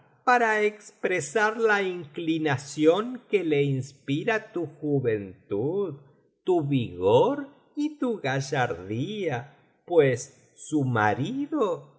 jorobado sar la inclinación que le inspira tu juventud tu vigor y tu gallardía pues su marido